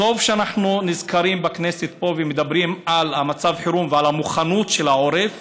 טוב שאנחנו נזכרים פה בכנסת ומדברים על מצב חירום ועל המוכנות של העורף.